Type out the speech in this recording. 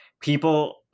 people